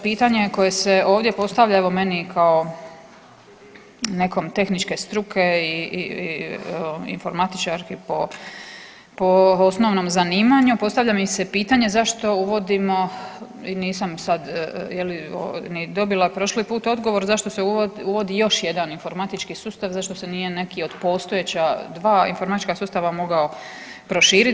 Pitanje koje se postavlja evo meni kao nekom tehničke struke i informatičarki po osnovnom zanimanju, postavlja mi se pitanje zašto uvodimo i nisam sad ni dobila prošli put odgovor, zašto se uvodi još jedan informatički sustav, zašto se nije neki od postojeća dva informatička sustava mogao proširit?